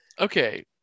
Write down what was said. Okay